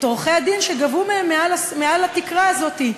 עורכי-הדין שגבו מהם מעל התקרה הזאת.